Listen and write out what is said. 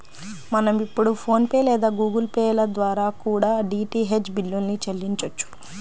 మనం ఇప్పుడు PhonePe లేదా గుగుల్ పే ల ద్వారా కూడా డీటీహెచ్ బిల్లుల్ని చెల్లించొచ్చు